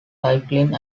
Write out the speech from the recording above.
cycling